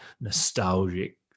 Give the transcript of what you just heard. nostalgic